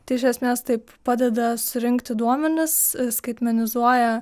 tai iš esmės taip padeda surinkti duomenis skaitmenizuoja